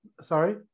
Sorry